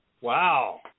Wow